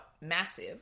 massive